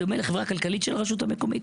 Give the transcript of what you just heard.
בדומה לחברה כלכלית של הרשות המקומית,